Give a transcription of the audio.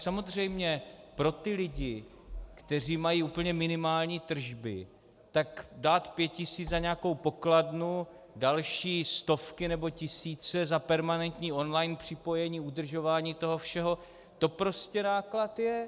Samozřejmě pro lidi, kteří mají úplně minimální tržby, dát pět tisíc za nějakou pokladnu, další stovky nebo tisíce za permanentní online připojení, udržování všeho, to prostě náklad je.